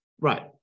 Right